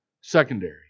secondary